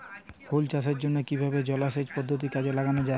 ফুল চাষের জন্য কিভাবে জলাসেচ পদ্ধতি কাজে লাগানো যাই?